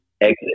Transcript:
exit